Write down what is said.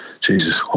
Jesus